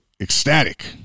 ecstatic